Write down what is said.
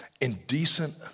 indecent